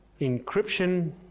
encryption